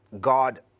God